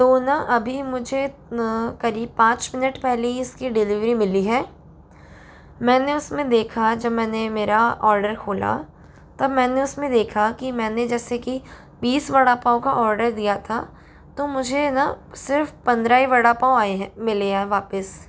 तो ना अभी मुझे करीब पाँच मिनट पहले ही इसकी डिलीवरी मिली है मैंने उसमें देखा जब मैंने मेरा ऑर्डर खोला तब मैंने उसमें देखा कि मैंने जैसे कि बीस वड़ा पाँव का ऑर्डर दिया था तो मुझे न सिर्फ पंद्रह ही वड़ा पाव आए हैं मिले हैं वापस